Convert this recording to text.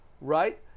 Right